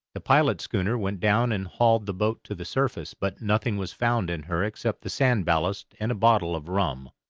the pilot schooner went down and hauled the boat to the surface, but nothing was found in her except the sand-ballast and a bottle of rum.